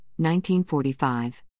1945